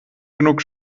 genug